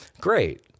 Great